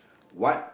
what